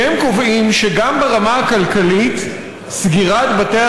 כי הם קובעים שגם ברמה הכלכלית סגירת בתי